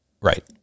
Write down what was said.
Right